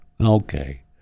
okay